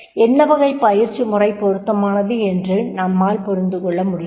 என்ன வகைப் பயிற்சி முறை பொருத்தமானது என்றும் நம்மால் புரிந்து கொள்ள முடிகிறது